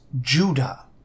judah